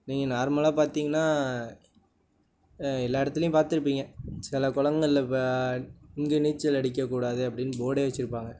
நீங்கள் நார்மலாக பார்த்தீங்கன்னா எல்லா இடத்துலையும் பார்த்துருப்பீங்க சில குளங்கள்ல இப்போ இங்கே நீச்சல் அடிக்கக்கூடாது அப்படின்னு போர்டே வச்சிருப்பாங்க